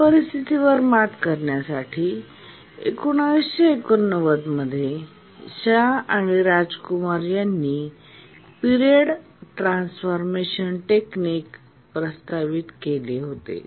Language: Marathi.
या परिस्थितीवर मात करण्यासाठी 1989 मध्ये शा आणि राज कुमार यांनी पिरियड ट्रान्सफॉर्मशन टेकनिक प्रस्तावित केले होते